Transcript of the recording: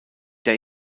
der